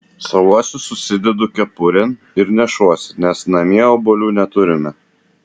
savuosius susidedu kepurėn ir nešuosi nes namie obuolių neturime